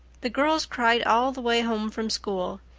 the girls cried all the way home from school.